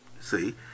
see